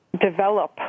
develop